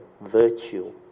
virtue